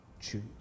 choose